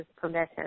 permission